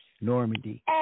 Normandy